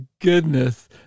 goodness